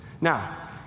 Now